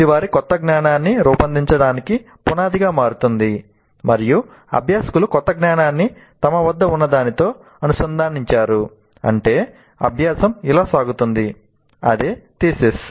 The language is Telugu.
ఇది వారి క్రొత్త జ్ఞానాన్ని పెంపొందించడానికి పునాదిగా మారుతుంది మరియు అభ్యాసకులు కొత్త జ్ఞానాన్ని తమ వద్ద ఉన్నదానితో అనుసంధానించారు అంటే అభ్యాసం ఇలా సాగుతుంది అదే థీసిస్